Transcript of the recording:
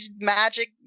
Magic